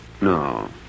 No